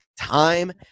time